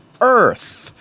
earth